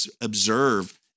observe